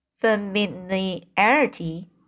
familiarity